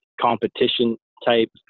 competition-type